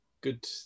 good